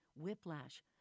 whiplash